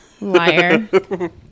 liar